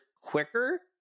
quicker